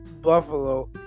Buffalo